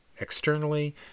externally